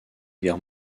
guerre